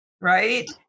right